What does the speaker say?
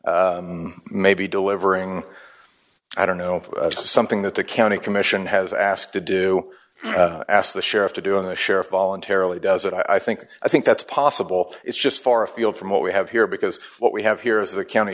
example maybe delivering i don't know of something that the county commission has asked to do ask the sheriff to do in the sheriff voluntarily does that i think i think that's possible it's just far afield from what we have here because what we have here is a county